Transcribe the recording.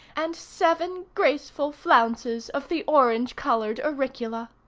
and seven graceful flounces of the orange-colored auricula.